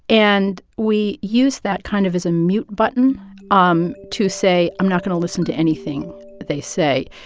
and we use that kind of as a mute button um to say, i'm not going to listen to anything they say.